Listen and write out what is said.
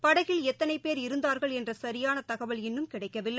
படகில் எத்தனை பேர் இருந்தார்கள் என்ற சியான தகவல் இன்னும் கிடைக்கவில்லை